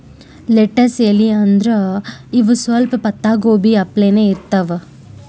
lettuce ಎಲಿ ಅಂದ್ರ ಇವ್ ಸ್ವಲ್ಪ್ ಪತ್ತಾಗೋಬಿ ಅಪ್ಲೆನೇ ಇರ್ತವ್